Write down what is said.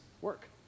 work